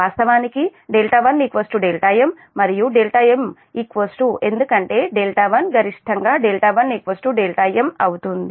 వాస్తవానికి 1 δm మరియు δm ఎందుకంటే 1 గరిష్టంగా 1 δm అవుతుంది